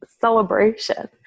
celebration